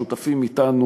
הם שותפים אתנו.